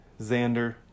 Xander